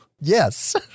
yes